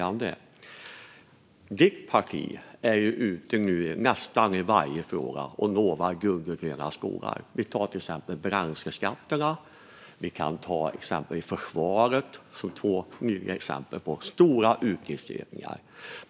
Ditt parti är i nästan varje fråga ute och lovar guld och gröna skogar. Vi kan ta bränsleskatterna och försvaret som exempel på nya stora utgiftsökningar.